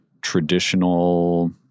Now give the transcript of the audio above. traditional